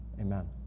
Amen